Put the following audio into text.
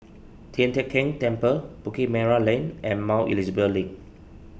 Tian Teck Keng Temple Bukit Merah Lane and Mount Elizabeth Link